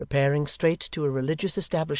repairing straight to a religious establishment,